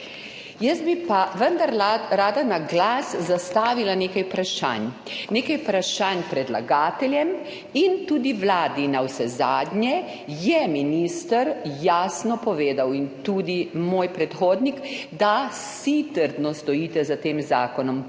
Jaz bi pa vendar rada na glas zastavila nekaj vprašanj. Nekaj vprašanj predlagateljem in tudi vladi. Navsezadnje je minister jasno povedal, in tudi moj predhodnik, da vsi trdno stojite za tem zakonom,